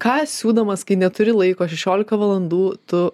ką siūdamas kai neturi laiko šešiolika valandų tu